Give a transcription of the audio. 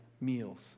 meals